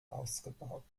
ausgebaut